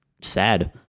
sad